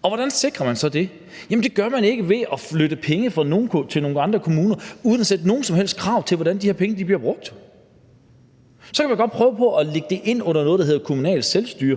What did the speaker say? Hvordan sikrer man så det? Jamen det gør man ikke ved at flytte penge fra nogle kommuner til nogle andre kommuner uden at fastsætte nogen som helst krav til, hvordan de her penge bliver brugt. Så kan man godt prøve at lægge det ind under noget, der hedder kommunalt selvstyre,